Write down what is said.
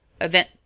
event